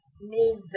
need